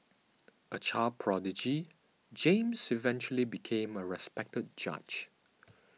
a child prodigy James eventually became a respected judge